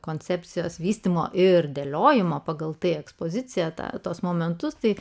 koncepcijos vystymo ir dėliojimo pagal tai ekspoziciją tą tuos momentus tai